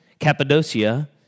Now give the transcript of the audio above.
Cappadocia